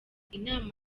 inama